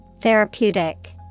Therapeutic